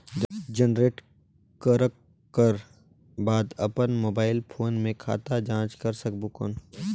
Generate करक कर बाद अपन मोबाइल फोन मे खाता जांच कर सकबो कौन?